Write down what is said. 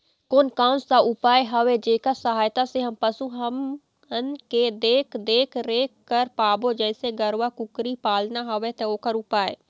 कोन कौन सा उपाय हवे जेकर सहायता से हम पशु हमन के देख देख रेख कर पाबो जैसे गरवा कुकरी पालना हवे ता ओकर उपाय?